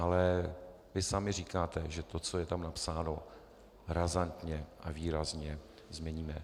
Ale vy sami říkáte, že to, co je tam napsáno, razantně a výrazně změníme.